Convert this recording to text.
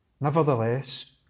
nevertheless